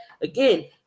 again